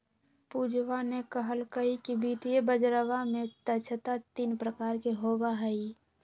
पूजवा ने कहल कई कि वित्तीय बजरवा में दक्षता तीन प्रकार के होबा हई